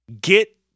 get